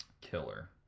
Killer